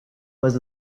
was